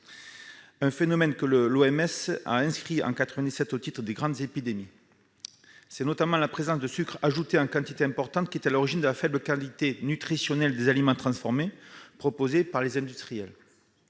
ce phénomène en 1997 au titre des grandes épidémies. C'est notamment la présence de sucres ajoutés en quantité importante qui est à l'origine de la faible qualité nutritionnelle des aliments transformés proposés par les industriels.